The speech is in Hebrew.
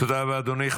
תודה רבה, אדוני.